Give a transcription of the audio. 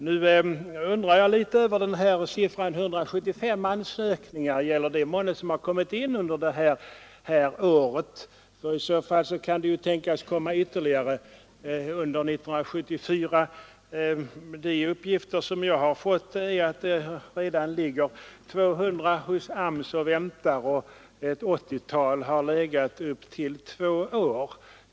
Jag undrar litet över siffran 175 ansökningar. Gäller den för dem som har kommit in under det här året? I så fall kan det ju tänkas komma ytterligare ett antal under 1974. Enligt de uppgifter som jag har fått ligger det redan 200 ansökningar hos AMS och väntar, och ett 80-tal har legat upp till två år.